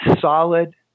solid